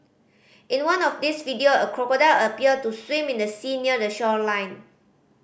in one of these video a crocodile appear to swim in the sea near the shoreline